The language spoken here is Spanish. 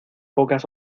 pocas